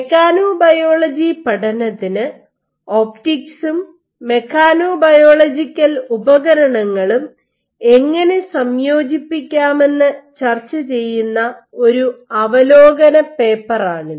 mechanobiology പഠനത്തിന് ഒപ്റ്റിക്സും മെക്കാനൊബയോളജിക്കൽ ഉപകരണങ്ങളും എങ്ങനെ സംയോജിപ്പിക്കാമെന്ന് ചർച്ച ചെയ്യുന്ന ഒരു അവലോകന പേപ്പറാണിത്